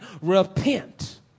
Repent